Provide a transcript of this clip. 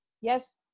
yes